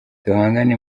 duhangane